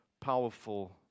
powerful